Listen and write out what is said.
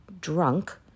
drunk